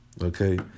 okay